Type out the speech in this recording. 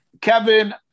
kevin